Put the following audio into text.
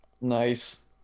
Nice